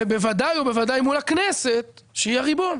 ובוודאי ובוודאי מול הכנסת, שהיא הריבון.